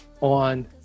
on